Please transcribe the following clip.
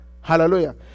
Hallelujah